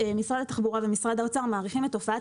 התחבורה ומשרד האוצר מעריכים את תופעת